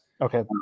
Okay